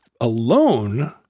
alone